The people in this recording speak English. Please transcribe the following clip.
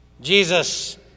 Jesus